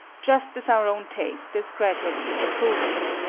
just as our own taste is gradually improved.